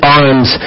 arms